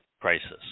crisis